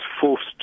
forced